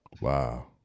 Wow